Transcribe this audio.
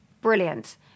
brilliant